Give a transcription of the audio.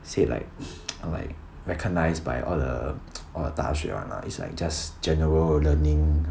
said like like recognized by all the err 大学 one lah it's like just general learning